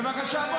בבקשה.